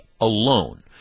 alone